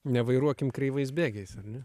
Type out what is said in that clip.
nevairuokim kreivais bėgiais ar ne